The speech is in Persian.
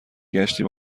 گشتیم